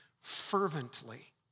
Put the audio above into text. fervently